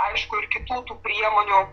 aišku ir kitų tų priemonių